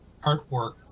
artwork